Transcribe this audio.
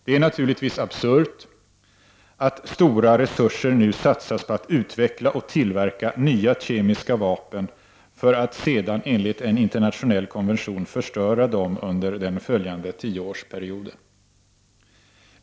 Det är naturligtvis absurt att stora resurser nu satsas på att utveckla och tillverka nya kemiska vapen för att sedan enligt en internationell konvention förstöra dem under den följande tioårsperioden.